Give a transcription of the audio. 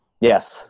Yes